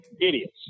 idiots